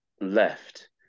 left